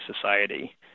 society